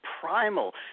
primal